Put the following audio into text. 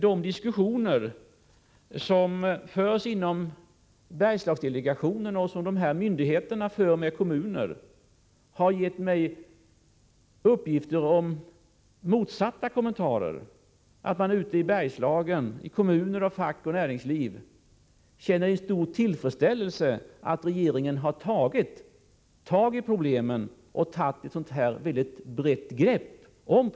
De diskussioner som förs inom Bergslagsdelegationen och som dessa myndigheter för med kommuner har gett mig uppgifter om motsatsen, dvs. att kommuner, fack och näringsliv i Bergslagen känner stor tillfredsställelse över att regeringen har tagit tag i problemen med ett sådant här brett grepp.